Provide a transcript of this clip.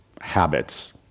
habits